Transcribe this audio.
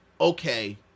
okay